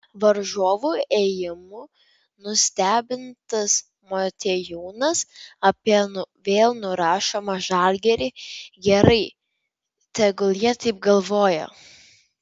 varžovų ėjimų nustebintas motiejūnas apie vėl nurašomą žalgirį gerai tegul jie taip galvoja